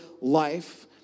life